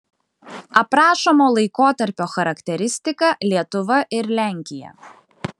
aprašomo laikotarpio charakteristika lietuva ir lenkija